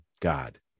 God